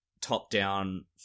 top-down